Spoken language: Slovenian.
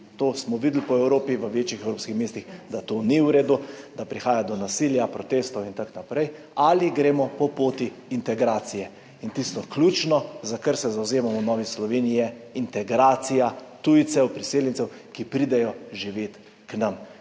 to smo videli po Evropi, v večjih evropskih mestih, da to ni v redu, da prihaja do nasilja, protestov in tako naprej, ali pa gremo po poti integracije. Tisto ključno, za kar se zavzemamo v Novi Sloveniji, je integracija tujcev, priseljencev, ki pridejo živet k nam,